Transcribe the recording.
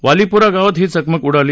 दालीपूरा गावात ही चकमक उडाली